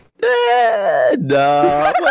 No